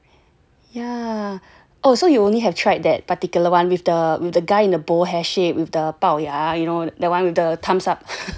yeah oh so you only have tried that particular one with the with the guy in a bowl hair shaped with the 暴牙 you know the one with the thumbs up